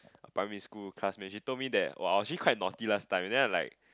a primary school classmate she told me that !wow! I was actually quite naughty last time then I'm like